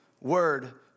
Word